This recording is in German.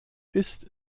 ist